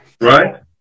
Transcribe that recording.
Right